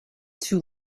two